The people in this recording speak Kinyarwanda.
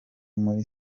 muri